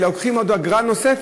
אלא הם לוקחים עוד אגרה נוספת.